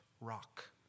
rock